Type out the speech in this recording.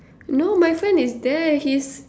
no my friend is there he's